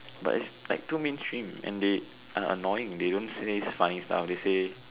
but is like too mainstream and they are annoying they don't say funny stuff they say